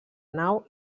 nau